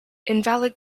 invalid